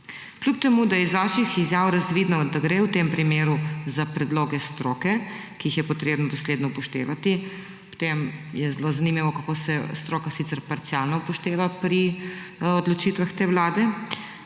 Kljub temu, da je iz vaših izjav razvidno, da gre v tem primeru za predloge stroke, ki jih je potrebno dosledno upoštevati, potem je zelo zanimivo, kako se stroka sicer parcialno upošteva pri odločitvah te vlade,